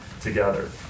together